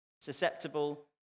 susceptible